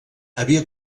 havia